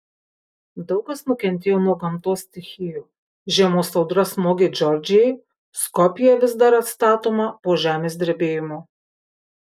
daug kas nukentėjo nuo gamtos stichijų žiemos audra smogė džordžijai skopjė vis dar atstatoma po žemės drebėjimo